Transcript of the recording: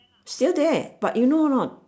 still there but you know or not